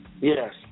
Yes